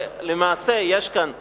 ולמעשה יש כאן המשך,